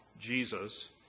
Jesus